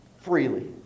freely